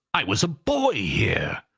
i was a boy here!